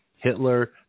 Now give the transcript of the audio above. Hitler